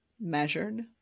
measured